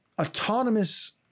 autonomous